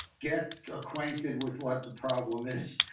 get acquainted with what the problem is,